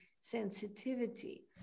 sensitivity